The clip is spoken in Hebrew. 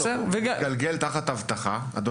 אני